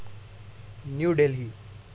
new Delhi